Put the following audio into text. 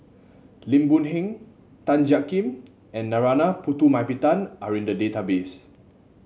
Lim Boon Heng Tan Jiak Kim and Narana Putumaippittan are in the database